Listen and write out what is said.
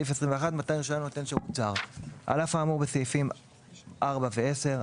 מתן רישיון לנותן שירות זר 21. על אף האמור בסעיפים 4 ו־10,